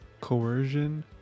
coercion